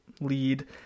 lead